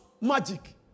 magic